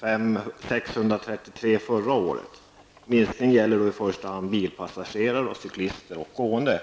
med 633 personer förra året. Minskningen gäller i första hand bilpassagerare, cyklister och gående.